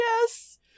yes